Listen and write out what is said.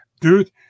Dude